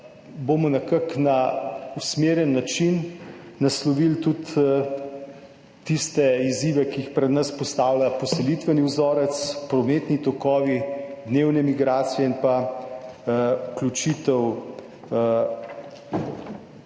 nekako na usmerjen način naslovili tudi tiste izzive, ki jih pred nas postavlja poselitveni vzorec, prometni tokovi, dnevne migracije, vključiti